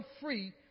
free